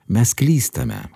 mes klystame